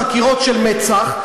חקירות של מצ"ח,